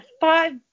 five